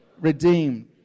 redeemed